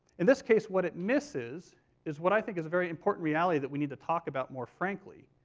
in this case, what it misses is what i think is a very important reality that we need to talk about more frankly,